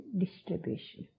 distribution